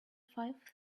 five